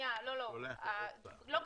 לא קשור,